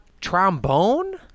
trombone